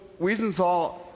Wiesenthal